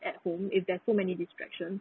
at home if there are so many distractions